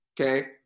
Okay